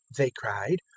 they cried,